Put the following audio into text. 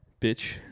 bitch